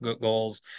goals